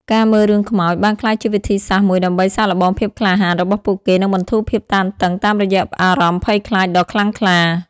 ការមើលរឿងខ្មោចបានក្លាយជាវិធីសាស្ត្រមួយដើម្បី សាកល្បងភាពក្លាហាន របស់ពួកគេ និងបន្ធូរភាពតានតឹងតាមរយៈអារម្មណ៍ភ័យខ្លាចដ៏ខ្លាំងក្លា។